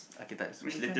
okay so which one ah